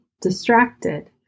distracted